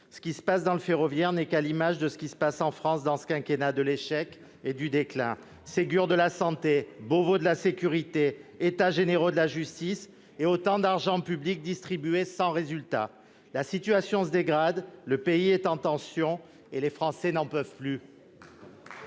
Ce qui se passe dans le ferroviaire est à l'image de ce qui se passe en France dans ce quinquennat de l'échec et du déclin. Ségur de la santé, Beauvau de la sécurité, États généraux de la justice : autant d'argent public distribué sans résultat. La situation se dégrade, le pays est en tension, les Français n'en peuvent plus